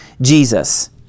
Jesus